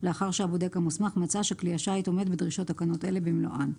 לאחר שהבודק המוסמך מצא שכלי השיט עומד בדרישות תקנות אלה במלואן.